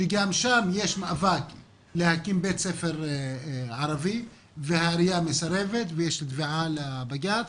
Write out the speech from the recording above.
שגם שם יש מאבק להקים בית ספר ערבי והעירייה מסרבת ויש תביעה לבג"ץ.